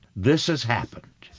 this has happened,